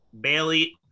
Bailey